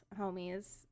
homies